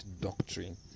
doctrine